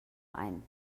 ein